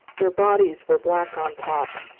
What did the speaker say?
their bodies were black on top,